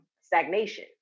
stagnation